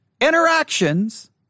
interactions